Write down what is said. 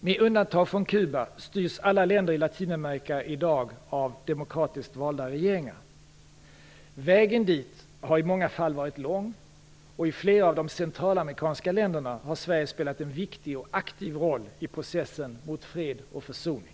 Med undantag för Kuba styrs alla länder i Latinamerika i dag av demokratiskt valda regeringar. Vägen dit har i många fall varit lång, och i flera av de centralamerikanska länderna har Sverige spelat en viktig och aktiv roll i processen mot fred och försoning.